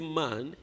man